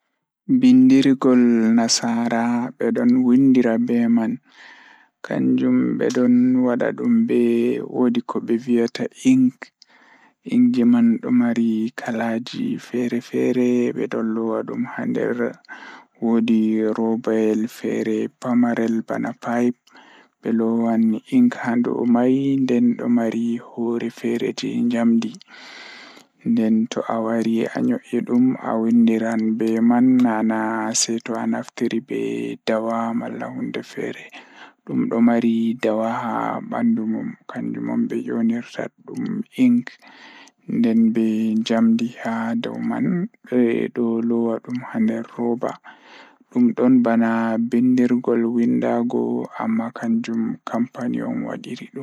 Pen ko nafaade e nguuraande ngam laawol haɓɓe. Nde eɓe jogii pen ɗiɗi, nguuraande ngol nafaade baawtoore laawol ngal. Nguuraande ɗiɗi siwtude ko inaangal, hikkinaa e baawdi e teeŋgol ngam laawol.